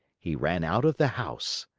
he ran out of the house.